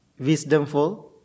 wisdomful